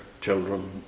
children